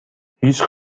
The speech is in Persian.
هیچ